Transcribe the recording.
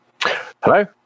Hello